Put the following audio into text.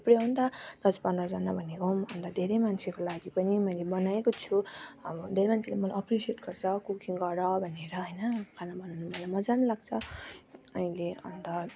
थुप्रै हो नि त दस पन्ध्रजना भनेको अन्त धेरै मान्छेको लागि पनि मैले बनाएको छु अब धेरै मान्छेले मलाई एप्रिसिएट गर्छ कुकिङ गर भनेर होइन खाना बनाउन मलाई मजा लाग्छ अहिले अन्त